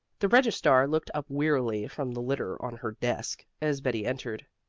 the registrar looked up wearily from the litter on her desk, as betty entered.